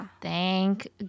Thank